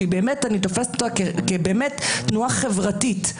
שאני תופסת אותה באמת כתנועה חברתית,